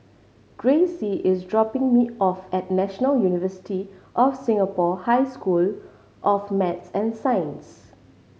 Gracie is dropping me off at National University of Singapore High School of Math and Science